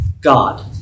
God